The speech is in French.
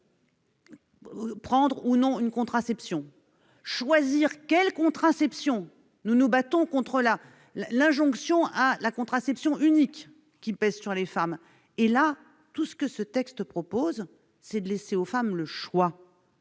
prendre ou non un moyen de contraception, choisir ce moyen- nous nous battons contre l'injonction à la contraception unique qui pèse sur les femmes. Tout ce que ce texte propose, c'est de laisser aux femmes le choix.